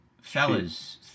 Fellas